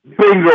Bingo